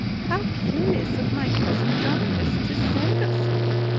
how curious of my cousin jarndyce to send us here!